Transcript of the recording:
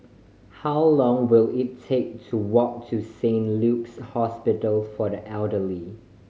how long will it take to walk to Saint Luke's Hospital for the Elderly